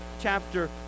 chapter